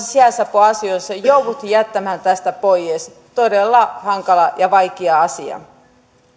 sijaisapuasioissa jouduttiin jättämään tästä pois todella hankala ja vaikea asia